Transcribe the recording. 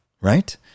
right